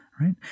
right